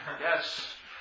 Yes